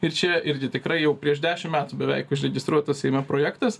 ir čia irgi tikrai jau prieš dešim metų beveik užregistruotas seime projektas